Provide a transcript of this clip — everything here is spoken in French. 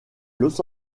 los